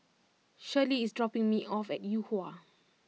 Shirlie is dropping me off at Yuhua